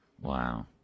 Wow